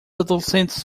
adolescentes